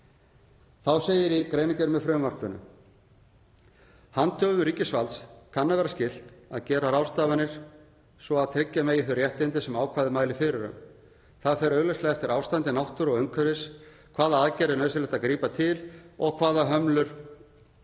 Þá segir í greinargerð með frumvarpinu: „Handhöfum ríkisvalds kann að vera skylt að gera ráðstafanir svo að tryggja megi þau réttindi sem ákvæðið mælir fyrir um. Það fer augljóslega eftir ástandi náttúru og umhverfis hvaða aðgerða er nauðsynlegt að grípa til og hvaða hömlur þarf